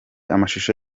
amashusho